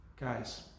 Guys